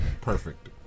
Perfect